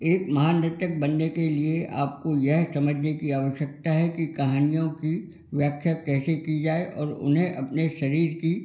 एक महान नृत्यक बनने के लिए आपको यह समझने की आवश्यकता है कि कहानियों की व्याख्या कैसे की जाए और उन्हें अपने शरीर की